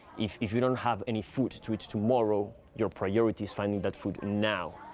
if if you don't have any food to eat tomorrow, your priority is finding that food now.